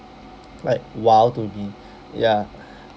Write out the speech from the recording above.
like !wow! to me ya